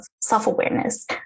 self-awareness